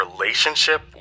relationship